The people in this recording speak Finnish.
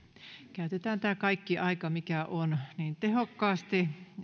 käytetään tämä kaikki aika mikä on tehokkaasti